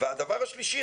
הדבר השלישי,